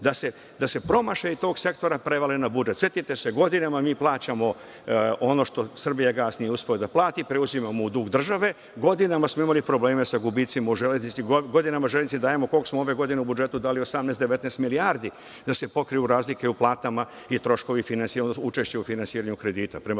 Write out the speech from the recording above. da se promašaj tog sektora prevali na budžet. Setite se, godinama mi plaćamo ono što Srbija gas nije uspeo da plati, preuzimamo dug države, godinama smo imali probleme sa gubicima u Železnici, godinama Železnici dajemo koliko smo ove godine u budžetu dali 17,18, 19 milijardi da se pokriju razlike u platama i troškovi učešća u finansiranju kredita.